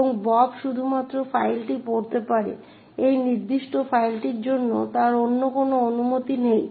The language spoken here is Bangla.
এবং বব শুধুমাত্র ফাইলটি পড়তে পারে এই নির্দিষ্ট ফাইলটির জন্য তার অন্য কোন অনুমতি নেই